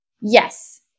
Yes